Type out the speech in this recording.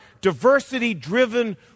diversity-driven